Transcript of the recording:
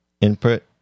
Input